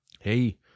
Hey